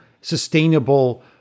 sustainable